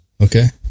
okay